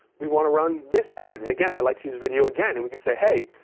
we want to run this ad. and again, i like to use video again, and we can say, hey,